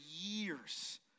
years